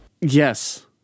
yes